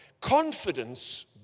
Confidence